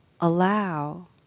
Allow